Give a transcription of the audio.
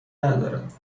ندارد